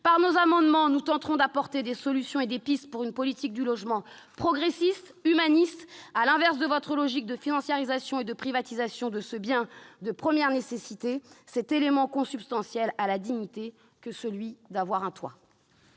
Par nos amendements, nous tenterons d'apporter des solutions et des pistes pour une politique du logement progressiste, humaniste, à l'inverse de votre logique de financiarisation et de privatisation de ce bien de première nécessité, de cet élément consubstantiel de la dignité qu'est le fait d'avoir un toit.